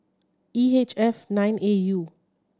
E H F nine A U